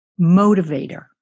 motivator